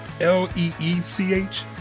L-E-E-C-H